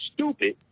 stupid